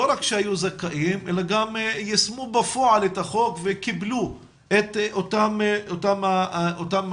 שלא רק שהיו זכאים אלא גם ישמו בפועל וקיבלו את אותן מנות,